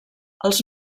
els